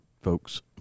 folks